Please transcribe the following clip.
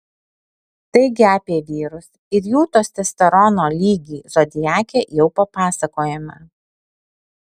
taigi apie vyrus ir jų testosterono lygį zodiake jau papasakojome